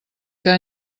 que